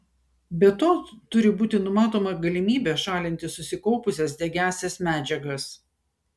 be to turi būti numatoma galimybė šalinti susikaupusias degiąsias medžiagas